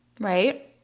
Right